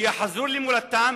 שיחזרו למולדתם,